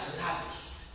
lavished